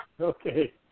Okay